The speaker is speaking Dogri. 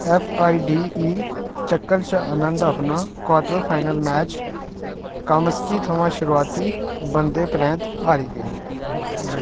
एफ आई डी ई चक्कर च आनंद अपना क्वार्टर फाइनल मैच काम्स्की थमां शुरूआती बाद्धे परैंत्त हारी गे